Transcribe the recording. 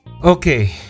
Okay